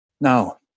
Now